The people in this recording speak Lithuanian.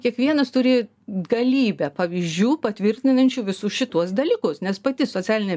kiekvienas turi galybę pavyzdžių patvirtinančių visus šituos dalykus nes pati socialinė